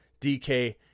DK